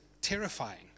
terrifying